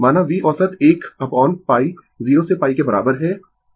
माना V औसत 1 upon π 0 से π के बराबर है